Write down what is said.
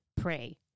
pray